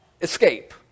escape